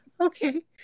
okay